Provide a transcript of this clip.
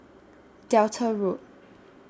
Delta Road